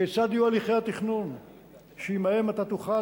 כיצד יהיו הליכי התכנון שעמם אתה תוכל